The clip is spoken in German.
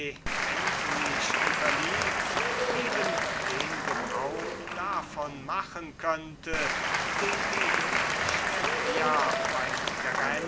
endlich unterliegt eben den gebrauch davon machen kann welchen der junge chärea beim